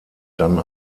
dann